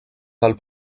del